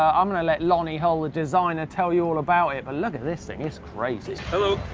um i'm gonna let lonnie hall, the designer, tell you all about it, but look at this thing, it's crazy. hello,